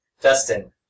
Dustin